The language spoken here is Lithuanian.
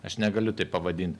aš negaliu taip pavadint